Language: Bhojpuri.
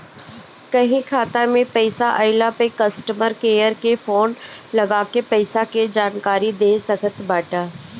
कहीं खाता में पईसा आइला पअ कस्टमर केयर के फोन लगा के पईसा के जानकारी देख सकत बाटअ